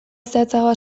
zehatzagoak